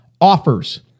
offers